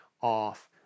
off